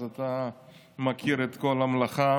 אז אתה מכיר את כל המלאכה,